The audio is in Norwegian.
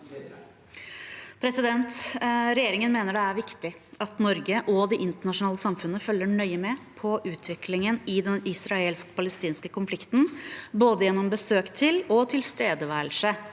Regjeringen mener det er viktig at Norge og det internasjonale samfunnet følger nøye med på utviklingen i den israelsk-palestinske konflikten både gjennom besøk til og tilstedeværelse